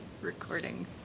recording